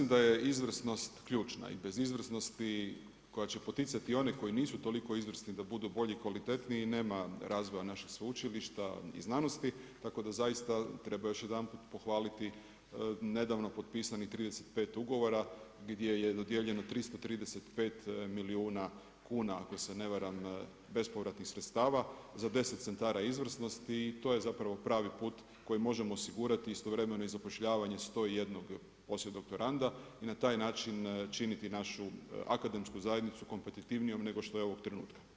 Pa da, ja mislim da je izvrsnost ključna i bez izvrsnosti koja će poticati i one koji nisu toliko izvrsni da budu bolji, kvalitetniji nema razvoja našeg sveučilišta i znanosti, tako da zaista treba još jedanput pohvaliti nedavno potpisanih 35 ugovora gdje je dodijeljeno 335 milijuna kuna ako se ne varam bespovratnih sredstava za 10 Centara izvrsnosti i to je zapravo pravi put koji možemo osigurati istovremeno i zapošljavanje 101 podlijedoktoranda i na taj način činiti našu akademsku zajednicu kompetitivnijom nego što je ovog trenutka.